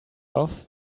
off